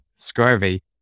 scurvy